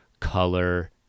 color